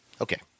Okay